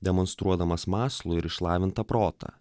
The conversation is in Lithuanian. demonstruodamas mąslų ir išlavintą protą